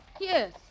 Yes